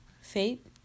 Fate